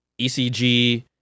ECG